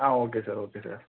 ah okay sir okay sir